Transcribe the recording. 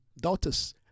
daughters